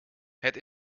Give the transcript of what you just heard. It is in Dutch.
het